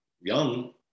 young